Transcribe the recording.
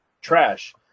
Trash